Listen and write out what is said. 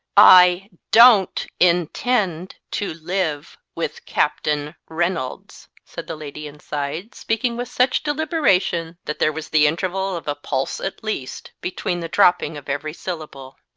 i don't intend to live with captain reynolds said the lady inside, speaking with such deliberation that there was the interval of a pulse at least between the dropping of every syllable.